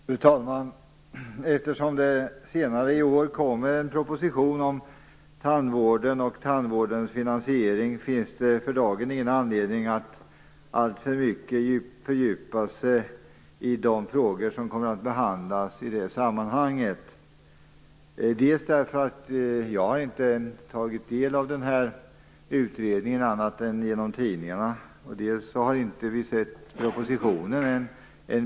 Fru talman! Eftersom det senare i år skall komma en proposition om tandvården och finansieringen av tandvården, finns det för dagen ingen anledning att fördjupa sig i de frågor som kommer att behandlas i det sammanhanget. Dels har jag inte tagit del av utredningen annat än genom tidningarna, dels har vi inte sett propositionen.